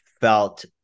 felt